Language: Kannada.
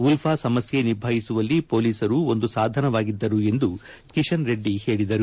ಉಲ್ಫಾ ಸಮಸ್ಯೆ ನಿಭಾಯಿಸುವಲ್ಲಿ ಪೊಲೀಸರು ಒಂದು ಸಾಧನವಾಗಿದ್ದರು ಎಂದು ಕಿಶನ್ ರೆಡ್ಡಿ ಹೇಳಿದರು